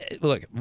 Look